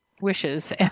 wishes